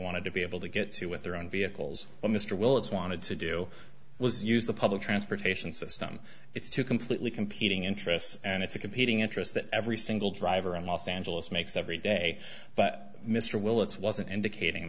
want to be able to get to with their own vehicles but mr willetts wanted to do was use the public transportation system it's two completely competing interests and it's a competing interest that every single driver in los angeles makes every day but mr willetts wasn't indicating